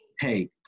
Hey